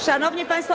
Szanowni Państwo!